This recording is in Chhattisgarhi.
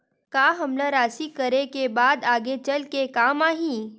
का हमला राशि करे के बाद आगे चल के काम आही?